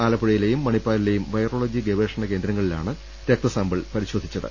ആലപ്പുഴയിലെയും മണിപ്പാലി ലെയും വൈറോളജി ഗവേഷണകേന്ദ്രങ്ങളിലാണ് രക്തസാമ്പിൾ പരിശോധന നടത്തിയത്